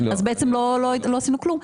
אז לא עשינו כלום.